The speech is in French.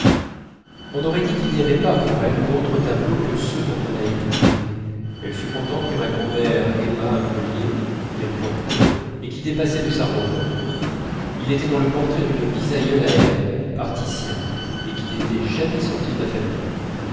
on aurait dit qu'il n'y avait pas pour elle d'autres tableaux que ceux dont on a hérité elle fut contente que ma grand'mère aimât un collier qu'elle portait et qui dépassait de sa robe il était dans le portrait d'une bisaïeule à elle par titien et qui n'était jamais sorti de la famille